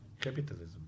capitalism